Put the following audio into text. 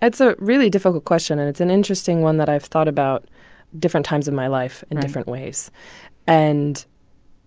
that's a really difficult question, and it's an interesting one that i've thought about different times in my life, in different ways right and